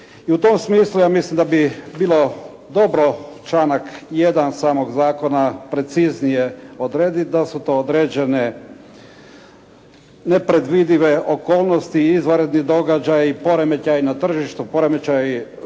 I u tom smislu ja mislim da bi bilo dobro članak 1. samog zakona preciznije odrediti, da li su to određene nepredvidive okolnosti i izvanredni događaji, poremećaji na tržištu, poremećaji